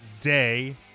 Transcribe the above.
Day